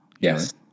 Yes